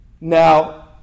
Now